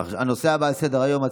הנושא הבא על סדר-היום,